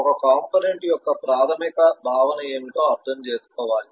ఒక కంపోనెంట్ యొక్క ప్రాథమిక భావన ఏమిటో అర్థం చేసుకోవాలి